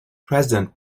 president